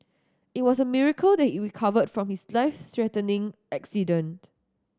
it was a miracle that he recovered from his life threatening accident